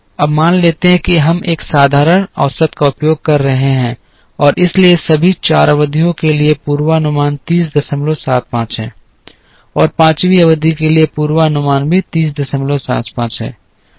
अब मान लेते हैं कि हम एक साधारण औसत का उपयोग कर रहे हैं और इसलिए सभी चार अवधियों के लिए पूर्वानुमान 3075 है और पाँचवीं अवधि के लिए पूर्वानुमान भी 3075 है